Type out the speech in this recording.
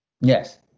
Yes